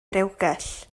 rewgell